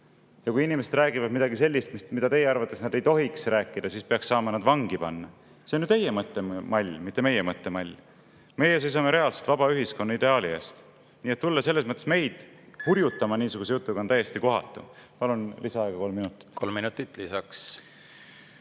Ja kui inimesed räägivad midagi sellist, mida teie arvates nad ei tohiks rääkida, siis peaks saama nad vangi panna. See on ju teie mõttemall, mitte meie mõttemall. Meie seisame reaalselt vaba ühiskonna ideaali eest. Nii et tulla meid hurjutama niisuguse jutuga on täiesti kohatu. Palun lisaaega kolm minutit. Kolm minutit lisaks.